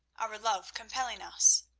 our love compelling us.